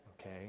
okay